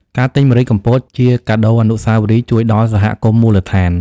ការទិញម្រេចកំពតជាកាដូអនុស្សាវរីយ៍ជួយដល់សហគមន៍មូលដ្ឋាន។